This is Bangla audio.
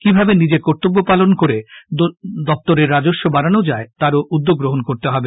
কিভাবে নিজের কর্তব্য পালন করে দপ্তরের রাজস্ব বাড়ানো যায় তারও উদ্যোগ গ্রহণ করতে হবে